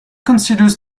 considers